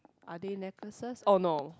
are they necklaces oh no